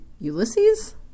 Ulysses